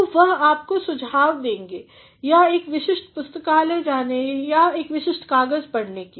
तो वह आपको सुझाव देंगे या तो एक विशिष्ट पुस्तकालय जाने या एक विशिष्ट कागज़ पढ़ने